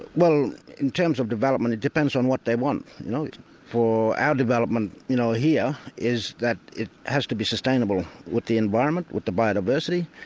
well in terms of development, it depends on what they want. you know for our development you know here, is that it has to be sustainable with the environment, with the biodiversity,